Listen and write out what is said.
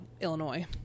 Illinois